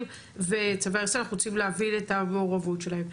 ובנוסף אנחנו רוצים להבין את המעורבות שלהם.